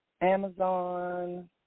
Amazon